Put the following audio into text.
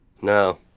No